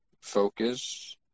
Focus